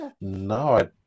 No